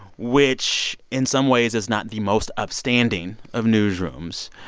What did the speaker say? which in some ways is not the most upstanding of newsrooms.